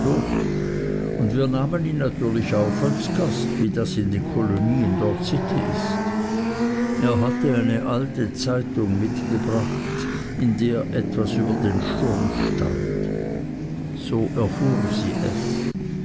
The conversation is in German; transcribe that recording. und wir nahmen ihn natürlich auf als gast wie das in den kolonien dort sitte ist er hatte eine alte zeitung mitgebracht in der etwas über den sturm stand so erfuhr sie es